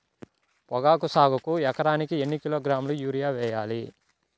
పొగాకు సాగుకు ఎకరానికి ఎన్ని కిలోగ్రాముల యూరియా వేయాలి?